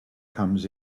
comes